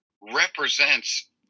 represents